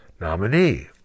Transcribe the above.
nominee